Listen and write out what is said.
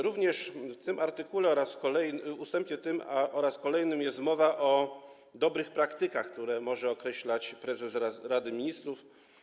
Również w tym artykule oraz ustępach tym oraz kolejnym jest mowa o dobrych praktykach, które może określać prezes Rady Ministrów.